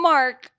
Mark